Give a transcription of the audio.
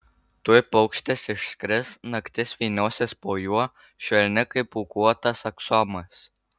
tuoj paukštis išskris naktis vyniosis po juo švelni kaip pūkuotas aksomas